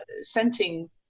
scenting